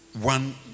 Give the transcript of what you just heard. one